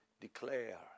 declare